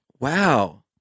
Wow